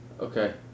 Okay